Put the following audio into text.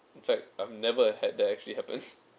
fact I've never had that actually happened